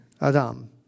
Adam